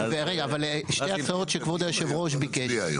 רגע, אבל שתי הצעות שכבוד יושב הראש ביקר.